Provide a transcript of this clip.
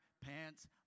pants